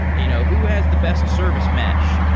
you know who has the best service mesh?